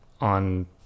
on